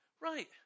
Right